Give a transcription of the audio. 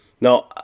no